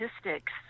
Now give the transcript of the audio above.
statistics